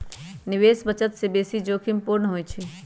निवेश बचत से बेशी जोखिम पूर्ण होइ छइ